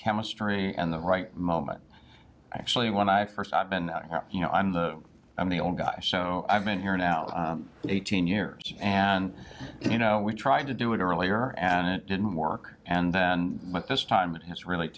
chemistry and the right moment actually when i first i've been you know on the i'm the only guy show i've been here now eighteen years and you know we tried to do it earlier and it didn't work and then but this time it has really